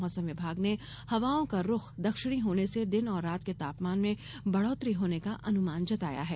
मौसम विभाग ने हवाओं रूख दक्षिणी होने से दिन और रात के तापमान में बढ़ोत्तरी होने का अनुमान जताया है